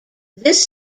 this